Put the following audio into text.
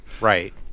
Right